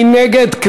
מי נגד?